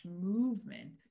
movement